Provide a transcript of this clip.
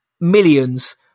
millions